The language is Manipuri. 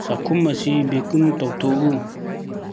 ꯆꯥꯛꯈꯨꯝ ꯑꯁꯤ ꯕꯦꯀꯨꯝ ꯇꯧꯊꯣꯛꯎ